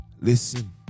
listen